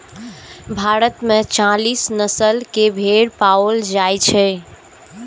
भारत मे चालीस नस्ल के भेड़ पाओल जाइ छै